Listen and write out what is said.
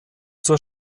zur